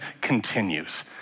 continues